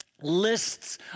Lists